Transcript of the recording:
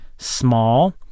small